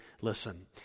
listen